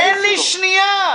תן לי, רגע.